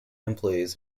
employees